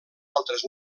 altres